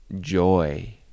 joy